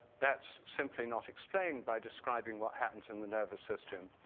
that's simply not explained by describing what happens in the nervous system.